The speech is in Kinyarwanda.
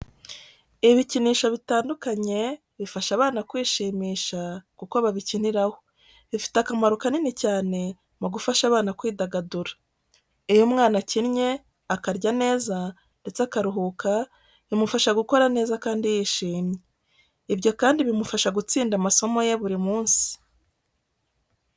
Ibikinisho bitandukanye bifasha abana kwishimisha kuko babikiniraho, bifite akamaro kanini cyane mu gufasha abana kwidagadura. Iyo umwana akinnye, akarya neza ndetse akaruhuka bimufasha gukura neza kandi yishimye. Ibyo kandi bimufasha gutsinda amasomo ye buri munsi.